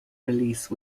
release